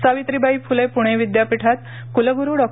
सावित्रीबाई फुले पुणे विद्यापीठात कुलगुरू डॉ